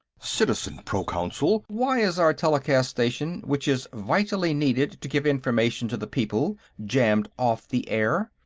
citizen proconsul why is our telecast station, which is vitally needed to give information to the people, jammed off the air,